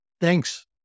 Thanks